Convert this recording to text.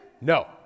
No